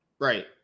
Right